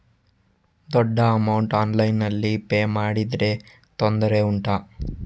ದೊಡ್ಡ ಅಮೌಂಟ್ ಆನ್ಲೈನ್ನಲ್ಲಿ ಪೇ ಮಾಡಿದ್ರೆ ತೊಂದರೆ ಉಂಟಾ?